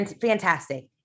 Fantastic